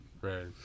Right